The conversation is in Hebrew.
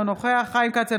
אינו נוכח חיים כץ,